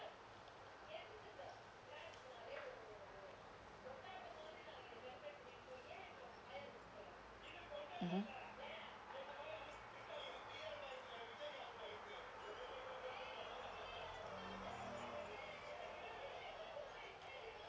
mmhmm